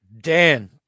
Dan